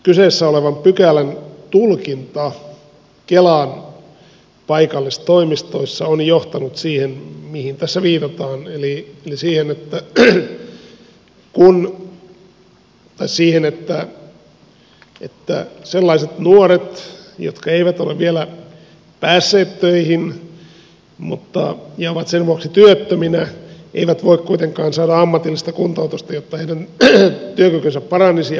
kyseessä olevan pykälän tulkinta kelan paikallistoimistoissa on johtanut siihen mihin tässä viitataan eli siihen että sellaiset nuoret jotka eivät ole vielä päässeet töihin ja ovat sen vuoksi työttöminä eivät voi kuitenkaan saada ammatillista kuntoutusta jotta heidän työkykynsä paranisi ja he voisivat tehdä työtä